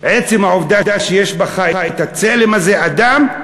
עצם העובדה שיש בך את הצלם הזה, אדם,